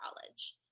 college